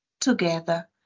together